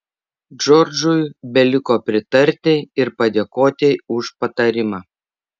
džordžui beliko pritarti ir padėkoti už patarimą